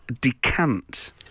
decant